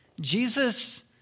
Jesus